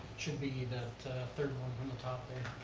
should be that third one from the top there.